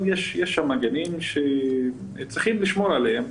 אבל יש שם גנים וצריך לשמור עליהם.